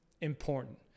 important